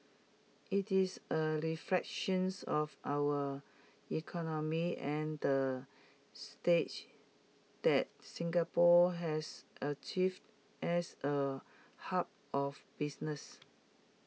IT is A reflections of our economy and the stage that Singapore has achieved as A hub of business